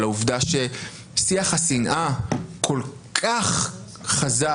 על העובדה ששיח השנאה כל כך חזק.